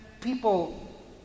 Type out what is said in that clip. people